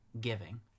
giving